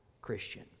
Christian